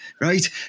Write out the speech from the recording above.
right